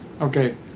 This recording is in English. Okay